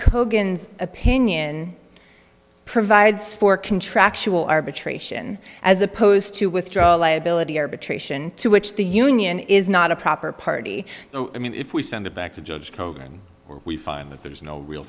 kogan opinion provides for contractual arbitration as opposed to withdraw liability arbitration to which the union is not a proper party i mean if we send it back to judge hogan we find that there is no real